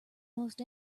most